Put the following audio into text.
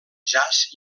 jazz